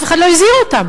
אף אחד לא הזהיר אותם,